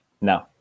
No